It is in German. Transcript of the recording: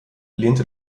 lehnte